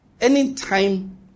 Anytime